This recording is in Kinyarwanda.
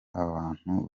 abantu